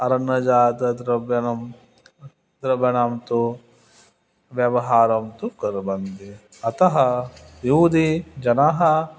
अरण्यजातं द्रव्याणां द्रव्याणां तु व्यवहारं तु कुर्वन्ति अतः यूदि जनाः